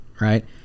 Right